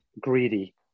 greedy